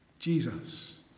Jesus